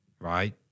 right